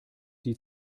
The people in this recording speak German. die